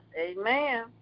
Amen